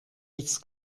jetzt